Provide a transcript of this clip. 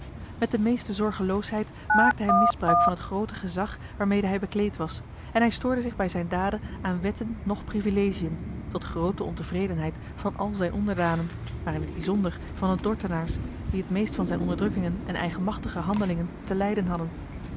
met de meeste zorgeloosheid maakte hij misbruik van het groote gezag waarmede hij bekleed was en hij stoorde zich bij zijne daden aan wetten noch privilegiën tot groote ontevredenheid van al zijne onderdanen maar in het bijzonder van de dordtenaars die het meest van zijne onderdrukkingen en eigenmachtige handelingen te lijden hadden